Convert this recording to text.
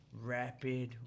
rapid